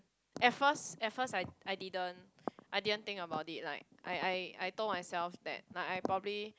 at first at first I I didn't I didn't think about it like I I I told myself that like I probably